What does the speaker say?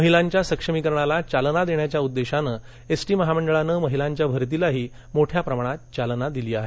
महिलांच्या सक्षमीकरणाला चालना देण्याच्या उद्देशानं एसटी महामंडळानं महिलांच्या भरतीलाही मोठ्या प्रमाणात चालना दिली आहे